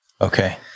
Okay